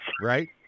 Right